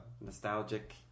nostalgic